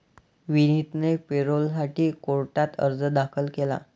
विनीतने पॅरोलसाठी कोर्टात अर्ज दाखल केला